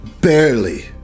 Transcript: barely